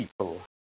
people